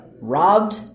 robbed